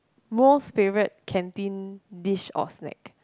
most favourite canteen dish or snack